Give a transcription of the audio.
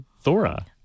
Thora